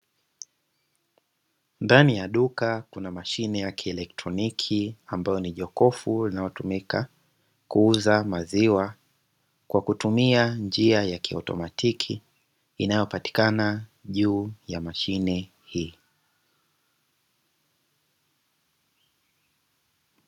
Ndani ya duka kuna mashine ya kielektroniki ambayo ni jokofu linalotumika kuuza maziwa kwa kutumia njia ya kiautomatiki inayopatikana juu ya mashine hii.